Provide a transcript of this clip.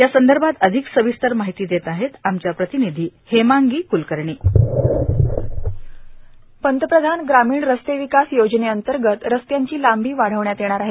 यासंदर्भात अधिक माहिती देत आहेत आमच्या प्रतिनिधी हेमांगी क्ळकर्णी पंतप्रधान ग्रामीण रस्तेविकास योजनेअंतर्गत रस्त्यांची लांबी वाढवण्यात येणार आहे